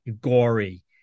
gory